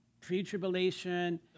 pre-tribulation